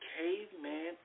caveman